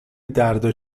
دردا